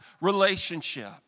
relationship